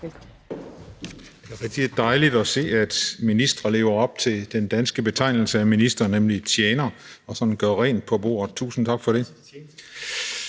rigtig dejligt at se, at ministre lever op til den danske betydning af ordet ministre, nemlig tjenere, og sådan gør rent på bordet, tusind tak for det.